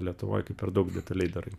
lietuvoj kai per daug detaliai darai